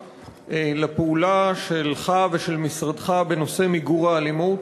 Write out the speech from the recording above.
לפעולה שלך ושל משרדך בנושא מיגור האלימות.